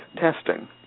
testing